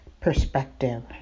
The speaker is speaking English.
perspective